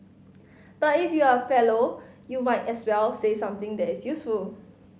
but if you are a fellow you might as well say something that is useful